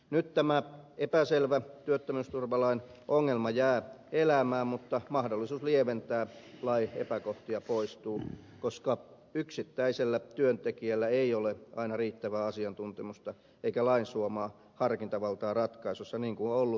nyt tämä epäselvä työttömyysturvalain ongelma jää elämään mutta mahdollisuus lieventää lain epäkohtia poistuu koska yksittäisellä työntekijällä ei ole aina riittävää asiantuntemusta eikä lain suomaa harkintavaltaa ratkaisussa niin kuin on ollut työvoimatoimikunnalla